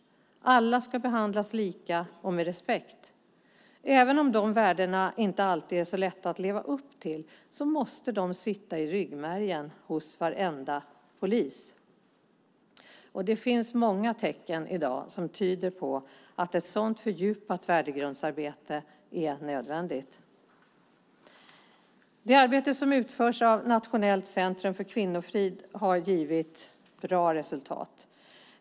Alla ska behandlas lika och med respekt. Även om de värdena inte alltid är så lätta att leva upp till måste de sitta i ryggmärgen hos varenda polis. Det finns många tecken i dag som tyder på att ett sådant fördjupat värdegrundsarbete är nödvändigt. Det arbete som utförs av Nationellt centrum för kvinnofrid har givit bra resultat.